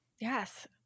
Yes